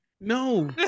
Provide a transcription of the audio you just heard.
No